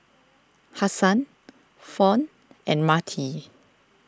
Hassan Fawn and Marty